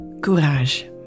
Courage